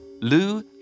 Lou